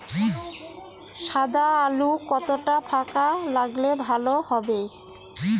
সাদা আলু কতটা ফাকা লাগলে ভালো হবে?